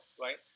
right